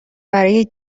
برای